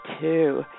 two